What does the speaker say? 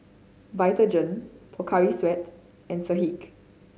Vitagen Pocari Sweat and Schick